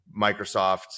Microsoft